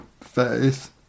face